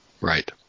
Right